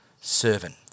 servant